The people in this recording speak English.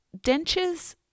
dentures